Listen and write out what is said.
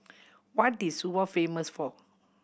what is Suva famous for